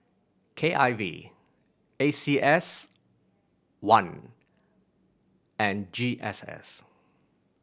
K I V A C S one and G S S